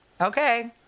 okay